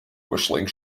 whistling